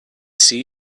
see